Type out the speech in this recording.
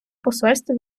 посольство